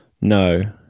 no